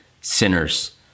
sinners